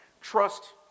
Trust